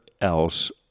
else